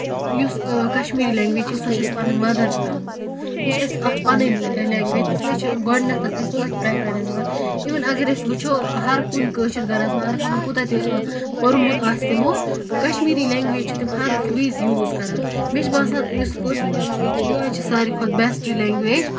یُس کَشمیٖری لیگویج چھِ سۄ چھےٚ اَسہِ پَنٕنۍ مَدر ٹنگ یہِ چھےٚ اَسہِ اکھ پَنٕنۍ لینگویج اس لیے چھِ گۄڈٕنیتھ أسۍ أتھۍ پریفرَنس دِوان اِوٕن اَگر أسۍ وٕچھو ہر کُنہِ کٲشِر گرَس منٛز اَگر خبر کوٗتاہ تہِ پوٚرمُت آسہِ تمو کَشمیٖری لینگویج چھِ تِم ہر وِزِ یوٗز کران مےٚ چھُ باسان یُس کٲشُر لینگویج چھُ یِہوے چھ ساروی کھۄتہٕ بیسٹ لینگویج